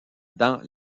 dans